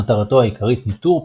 מטרתו העיקרית ניטור,